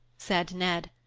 said ned.